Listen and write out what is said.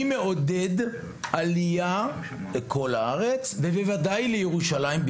אני מעודד עלייה לכל הארץ בכלל ובוודאי שלירושלים,